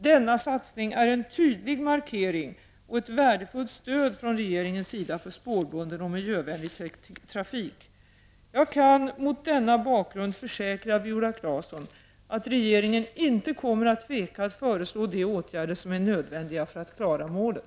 Denna satsning är en tydlig markering och ett värdefullt stöd från regeringens sida för spårbunden och miljövänlig trafik. Jag kan mot denna bakgrund försäkra Viola Claesson att regeringen inte kommer att tveka att föreslå de åtgärder som är nödvändiga för att klara målet.